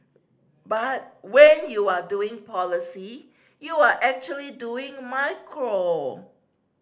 but when you are doing policy you're actually doing macro